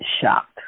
shocked